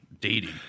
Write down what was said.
dating